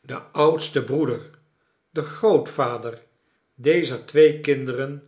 de oudste broeder de grootvader dezer twee kirideren